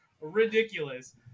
ridiculous